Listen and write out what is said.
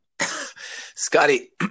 Scotty